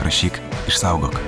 rašyk išsaugok